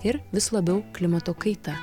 ir vis labiau klimato kaita